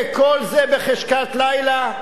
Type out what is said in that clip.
וכל זה בחשכת לילה?